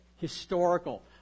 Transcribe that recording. historical